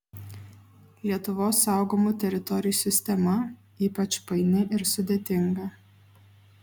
lietuvos saugomų teritorijų sistema ypač paini ir sudėtinga